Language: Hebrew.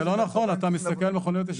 אבל זה לא נכון, אתה מסתכל על מכוניות ישנות.